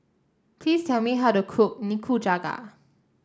please tell me how to cook Nikujaga